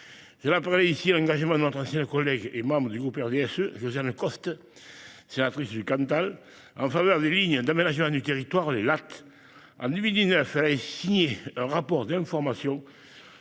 Je rappellerai ici l'engagement de notre ancienne collègue et membre du groupe RDSE, Josiane Costes, en faveur des lignes d'aménagement du territoire, les LAT. En 2019, elle avait signé un rapport d'information